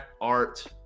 art